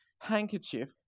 handkerchief